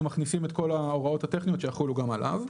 מכניסים את כל ההוראות הטכניות שיחולו גם עליו.